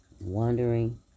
wandering